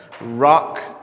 Rock